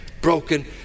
broken